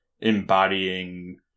embodying